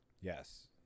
Yes